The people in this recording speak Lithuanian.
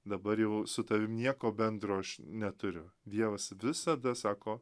dabar jau su tavim nieko bendro aš neturiu dievas visada sako